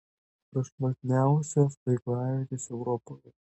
prašmatniausios stovyklavietės europoje